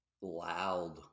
loud